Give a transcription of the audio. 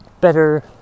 better